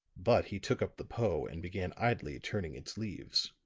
but he took up the poe and began idly turning its leaves.